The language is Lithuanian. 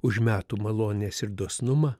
už metų malones ir dosnumą